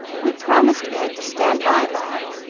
we promised ed to stand by bob,